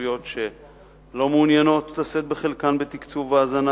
רשויות שלא מעוניינות לשאת בחלקן בתקצוב ההזנה